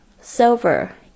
silver